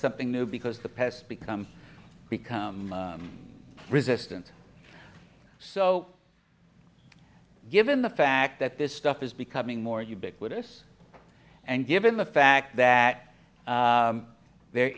something new because the pest becomes become resistant so given the fact that this stuff is becoming more ubiquitous and given the fact that there